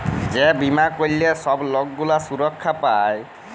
যে বীমা ক্যইরলে ছব লক গুলা সুরক্ষা পায়